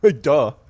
Duh